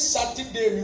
Saturday